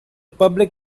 public